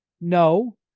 No